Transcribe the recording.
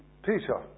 Peter